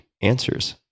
answers